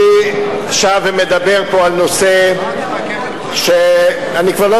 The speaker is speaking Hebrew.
אני שב ומדבר פה על נושא שאני כבר לא